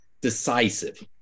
decisive